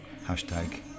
hashtag